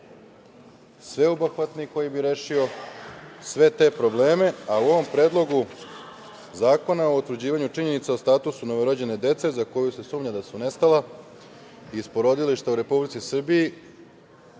sveobuhvatni koji bi rešio sve te probleme, a u ovom predlogu zakona o utvrđivanju činjenica o statusu novorođene dece za koju se sumnja da su nestala iz porodilišta u Republici Srbiji